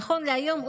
נכון להיום,